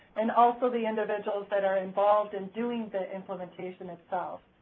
and also the individuals that are involved in doing the implementation itself.